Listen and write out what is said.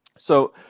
so,